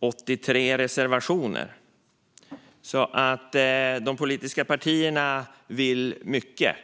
83 reservationer, så de politiska partierna vill mycket.